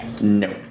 No